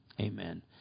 Amen